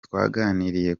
twaganiriye